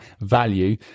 value